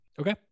okay